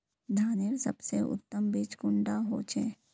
धानेर सबसे उत्तम बीज कुंडा होचए?